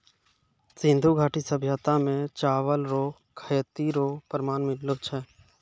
सिन्धु घाटी सभ्यता मे चावल रो खेती रो प्रमाण मिललो छै